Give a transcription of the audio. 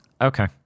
okay